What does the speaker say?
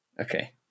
Okay